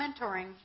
mentoring